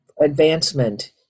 advancement